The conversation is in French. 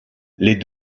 les